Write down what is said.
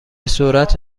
سرعت